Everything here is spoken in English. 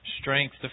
Strength